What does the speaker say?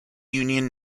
union